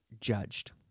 judged